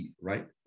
right